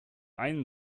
einen